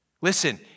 Listen